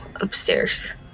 upstairs